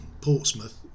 Portsmouth